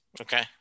okay